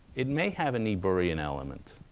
it may have a niebuhrian element,